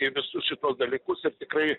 į visus šituos dalykus ir tikrai